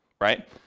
right